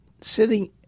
sitting